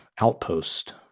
outpost